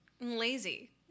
lazy